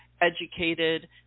educated